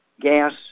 gas